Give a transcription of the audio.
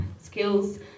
skills